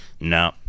No